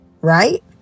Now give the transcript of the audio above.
right